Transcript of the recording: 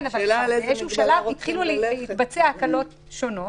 באיזשהו שלב התחילו להתבצע הקלות שונות,